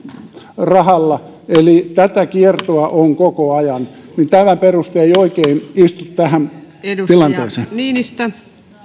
rahalla eli tätä kiertoa on koko ajan tämä peruste ei oikein istu tähän tilanteeseen